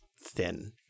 thin